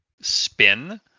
spin